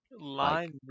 Line